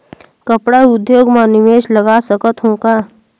कपड़ा उद्योग म निवेश लगा सकत हो का?